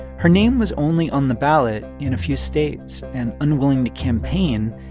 her name was only on the ballot in a few states. and, unwilling to campaign,